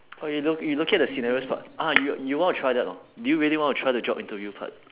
oh you look~ you looking at the scenarios part ah y~ you want to try that hor do you really want to try the job interview part